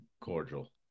cordial